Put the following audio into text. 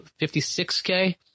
56K